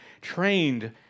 trained